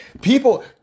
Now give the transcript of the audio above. People